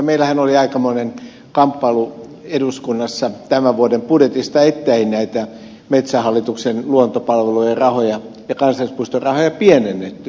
meillähän oli aikamoinen kamppailu eduskunnassa tämän vuoden budjetista että ei näitä metsähallituksen luontopalvelujen rahoja ja kansallispuistojen rahoja pienennetty